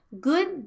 Good